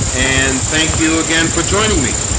and thank you again for joining me